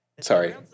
sorry